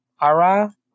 Ara